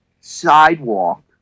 sidewalk